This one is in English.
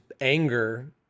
anger